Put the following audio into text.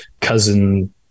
cousin